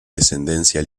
descendencia